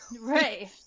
right